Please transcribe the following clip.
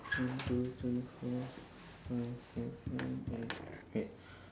one two three four five six seven eight eight